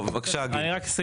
אני רק אומר